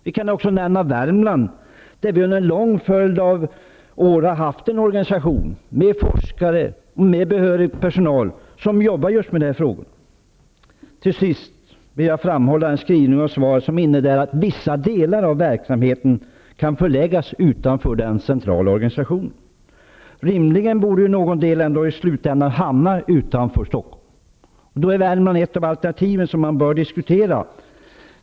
Jag kan också nämna Värmland, där vi under en lång följd av år har haft en organisation med forskare och annan behörig personal som jobbar just med dessa frågor. Till sist vill jag peka på en skrivning i svaret som innebär att vissa delar av folkhälsoinstitutets verksamhet kan förläggas utanför den centrala organisationen. Rimligen borde ändå någon del i slutändan hamna utanför Stockholm. Då är Värmland ett av de alternativ som bör diskuteras.